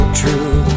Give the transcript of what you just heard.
true